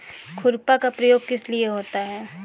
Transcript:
खुरपा का प्रयोग किस लिए होता है?